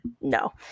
No